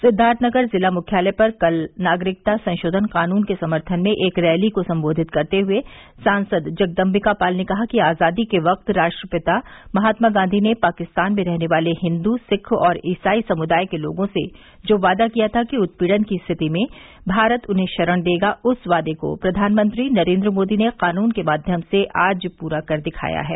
सिद्दार्थनगर जिला मुख्यालय पर कल नागरिकता संशोधन कानून के समर्थन में एक रैली को संबोधित करते हुए सांसद जगदम्बिका पाल ने कहा कि आजादी के वक्त राष्ट्रपिता महात्मा गांधी ने पाकिस्तान में रहने वाले हिन्द्र सिख और ईसाई समुदाय के लोगों से जो वादा किया था कि उत्पीड़न की स्थिति में भारत उन्हें शरण देगा उस वादे को प्रधानमंत्री नरेन्द्र मोदी ने कानून के माध्यम से आज पूरा कर दिखाया है